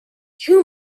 two